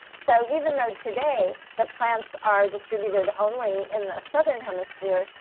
so even though today the plants are distributed only in the southern hemisphere,